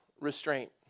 restraint